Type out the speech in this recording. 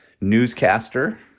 newscaster